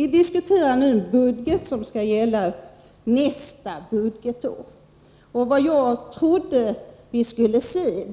Vi diskuterar nu den budget som skall gälla nästa budgetår. Och då lär